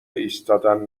ایستادن